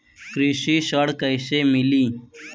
कृषि ऋण कैसे मिली?